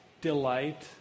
delight